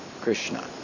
Krishna